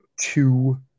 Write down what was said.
two